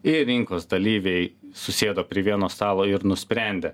ir rinkos dalyviai susėdo prie vieno stalo ir nusprendė